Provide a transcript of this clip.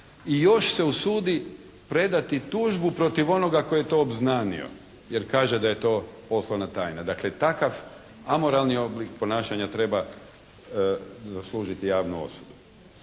i još se usudi predati tužbu protiv onoga koji je to obznanio, jer kaže da je to poslovna tajna. Dakle takav amoralni oblik ponašanja treba zaslužiti javnu osudu.